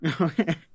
Okay